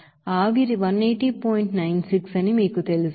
96 అని మీకు తెలుసు